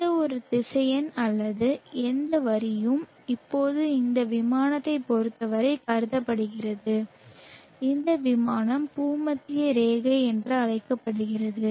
எந்தவொரு திசையன் அல்லது எந்த வரியும் இப்போது இந்த விமானத்தைப் பொறுத்தவரை கருதப்படுகிறது இந்த விமானம் பூமத்திய ரேகை என்று அழைக்கப்படுகிறது